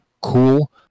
Cool